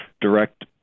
direct